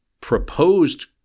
proposed